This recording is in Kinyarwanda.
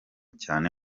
cyane